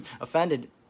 offended